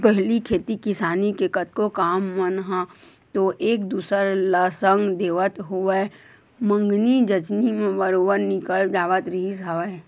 पहिली खेती किसानी के कतको काम मन ह तो एक दूसर ल संग देवत होवय मंगनी जचनी म बरोबर निकल जावत रिहिस हवय